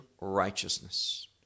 righteousness